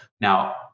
Now